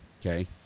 okay